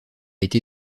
été